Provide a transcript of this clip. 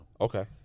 Okay